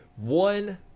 One